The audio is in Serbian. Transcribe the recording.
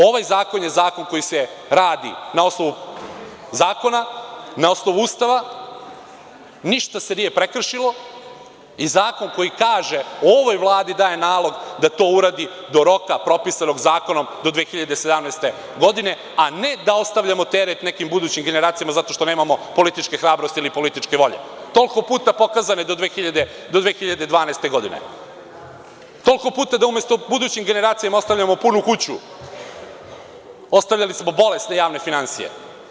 Ovaj zakon je zakon koji se radi na osnovu zakona, na osnovu Ustava, ništa se nije prekršilo i zakon koji kaže – ovoj Vladi daje nalog da to uradi do roka propisanog zakonom do 2017. godine, a ne da ostavljamo teret nekim budućim generacijama zato što nemamo političku hrabrost ili političku volju toliko puta pokazane do 2012. godine, toliko puta da umesto budućim generacijama ostavljamo punu kuću, ostavljali smo bolesne javne finansije.